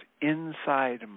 inside